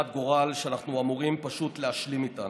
גורל שאנחנו אמורים פשוט להשלים איתה.